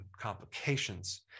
complications